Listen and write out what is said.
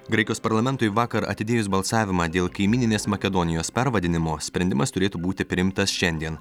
graikijos parlamentui vakar atidėjus balsavimą dėl kaimyninės makedonijos pervadinimo sprendimas turėtų būti priimtas šiandien